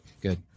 good